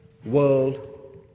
World